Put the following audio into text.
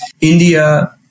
India